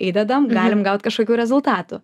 įdedam galim gaut kažkokių rezultatų